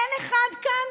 אין אחד כאן